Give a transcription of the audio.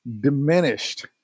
diminished